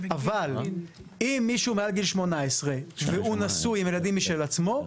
אבל אם מישהו מעל גיל 18 והוא נשוי עם ילדים משל עצמו,